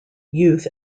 youth